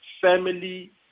family